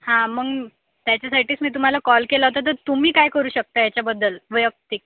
हा मग त्याच्यासाठीच मी तुम्हाला कॉल केला होता तर तुम्ही काय करू शकता याच्याबद्दल वैयक्तिक